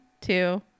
two